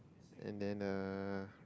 and then uh